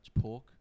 pork